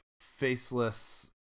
faceless